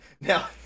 Now